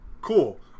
Cool